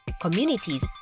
communities